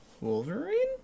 Wolverine